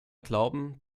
glauben